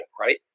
right